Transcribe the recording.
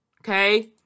Okay